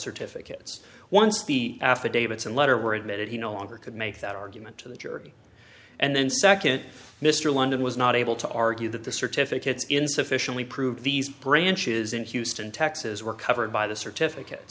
certificates once the affidavits and letter were admitted he no longer could make that argument to the jury and then second mr london was not able to argue that the certificates in sufficiently proved these branches in houston texas were covered by the certificate